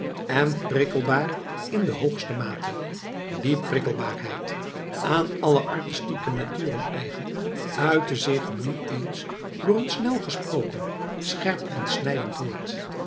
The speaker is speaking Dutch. en prikkelbaar in de hoogste mate die prikkelbaarheid aan alle artistieke naturen eigen uitte zich nu eens door een snel gesproken scherp en snijdend woord